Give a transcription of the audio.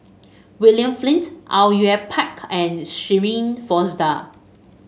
William Flint Au Yue Pak and Shirin Fozdar